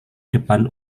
depan